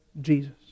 Jesus